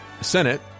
Senate